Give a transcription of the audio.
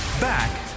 Back